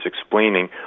explaining